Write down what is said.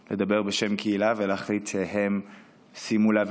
לדבר בשם קהילה ולהחליט שהם סיימו להיאבק